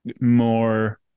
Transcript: more